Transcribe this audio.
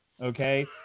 Okay